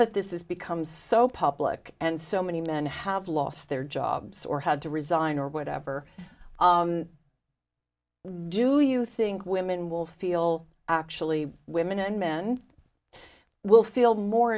that this is become so public and so many men have lost their jobs or had to resign or whatever do you think women will feel actually women and men will feel more